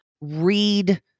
read